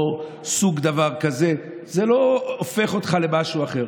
או סוג דבר כזה, זה לא הופך אותך למשהו אחר.